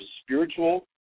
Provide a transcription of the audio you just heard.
spiritual